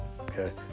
Okay